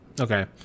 Okay